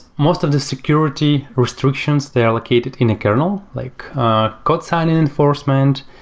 most of the security restrictions, they're located in a kernel. like code sign in enforcement,